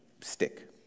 stick